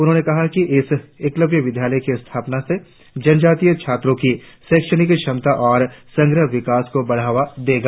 उन्होंने कहा कि यह एकलव्य विद्यालयों की स्थापना से जनजातीय छात्रों की शैक्षणिक क्षमता और समग्र विकास को बढ़ावा देगा